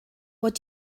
what